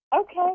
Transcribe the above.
Okay